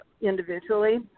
individually